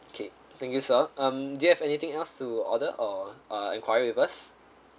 okay thank you sir um do you have anything else to order or uh enquiry with us